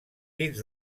dins